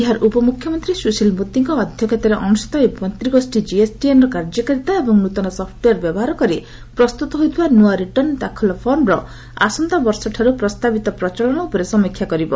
ବିହାର ଉପ ମୁଖ୍ୟମନ୍ତ୍ରୀ ସୁଶୀଲ ମୋଦିଙ୍କ ଅଧ୍ୟକ୍ଷତାରେ ଅନୁଷ୍ଠିତ ଏହି ମନ୍ତ୍ରୀ ଗୋଷୀ ଜିଏସଟିଏନର କାର୍ଯ୍ୟକାରିତା ଏବଂ ନୂତନ ସଫ୍ଟୱେୟାର ବ୍ୟବହାର କରି ପ୍ରସ୍ତୁତ ହୋଇଥିବା ନୂଆ ରିଟର୍ଣ୍ଣ ଦାଖଲ ଫର୍ମର ଆସନ୍ତାବର୍ଷଠାରୁ ପ୍ରସ୍ତାବିତ ପ୍ରଚଳନ ଉପରେ ସମୀକ୍ଷା କରିବ